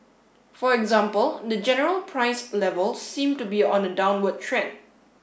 for example the general price level seem to be on a downward trend